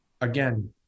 again